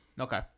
Okay